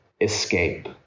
escape